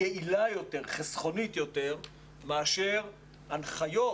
יעילה יותר וחסכונית יותר מאשר הנחיות